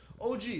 OG